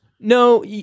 No